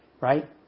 right